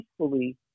peacefully